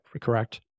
correct